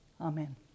Amen